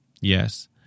Yes